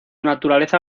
naturaleza